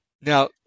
now